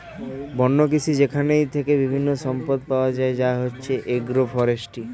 বন্য কৃষি যেইখান থেকে বিভিন্ন সম্পদ পাওয়া যায় যা হচ্ছে এগ্রো ফরেষ্ট্রী